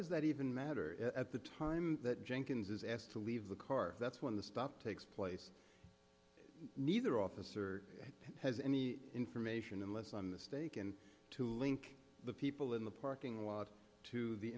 does that even matter at the time that jenkins is asked to leave the car that's when the stop takes place neither officer has any information unless i'm mistaken to link the people in the parking lot to the